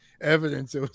evidence